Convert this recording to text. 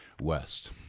West